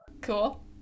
Cool